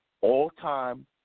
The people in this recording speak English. all-time